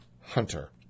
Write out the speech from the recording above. Hunter